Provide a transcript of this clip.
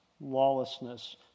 lawlessness